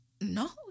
No